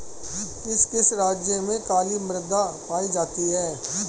किस किस राज्य में काली मृदा पाई जाती है?